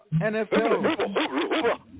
NFL